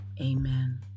amen